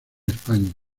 españa